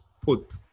put